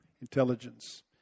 intelligence